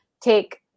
take